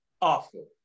awful